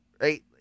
right